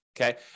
Okay